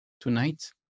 tonight